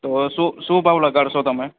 તો શું શું ભાવ લગાડશો તમે